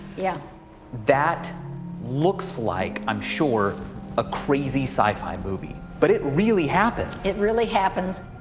yeah that looks like i'm sure a crazy sci fi movie, but it really happens. it really happens.